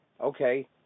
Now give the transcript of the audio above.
Okay